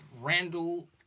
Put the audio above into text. Randall